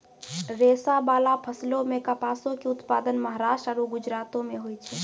रेशाबाला फसलो मे कपासो के उत्पादन महाराष्ट्र आरु गुजरातो मे होय छै